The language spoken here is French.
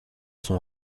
sont